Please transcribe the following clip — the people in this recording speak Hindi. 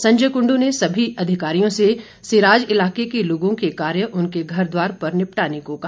संजय कुंडू ने सभी अधिकारियों से सिराज इलाके के लोगों के कार्य उनके घर द्वार पर निपटाने को कहा